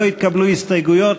לא התקבלו הסתייגויות.